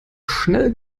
schnell